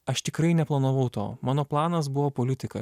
aš tikrai neplanavau to mano planas buvo politika